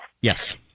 Yes